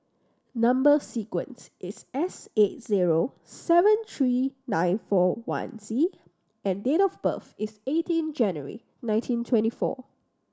number sequence is S eight zero seven three nine four one Z and date of birth is eighteen January nineteen twenty four